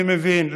אני מבין,